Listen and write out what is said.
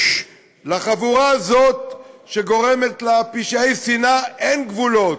לחבורה הזאת, שגורמת לפשעי שנאה, אין גבולות,